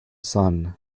son